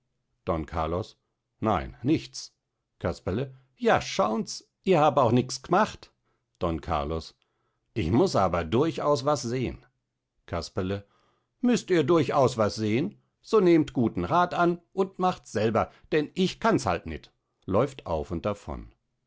don carlos nein nichts casperle ja schauns j hab auch nix gmacht don carlos ich muß aber durchaus was sehen casperle müßt ihr durchaus was sehen so nehmt guten rath an und machts selber denn ich kanns halt nit läuft auf und davon